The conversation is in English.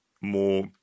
more